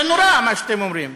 זה נורא מה שאתם אומרים.